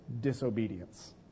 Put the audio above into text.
disobedience